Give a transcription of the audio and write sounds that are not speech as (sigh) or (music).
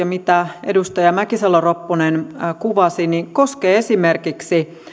(unintelligible) mitä edustaja mäkisalo ropponen kuvasi koskee esimerkiksi